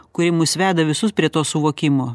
kuri mus veda visus prie to suvokimo